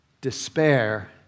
despair